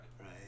right